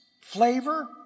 flavor